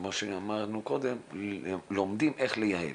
כמו שאמרנו קודם, לומדים איך לייעל.